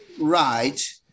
right